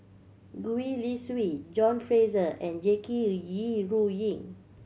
Gwee Li Sui John Fraser and Jackie Yi Ru Ying